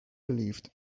believed